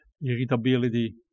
irritability